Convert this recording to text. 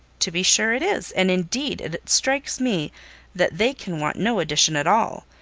to be sure it is and, indeed, it strikes me that they can want no addition at all.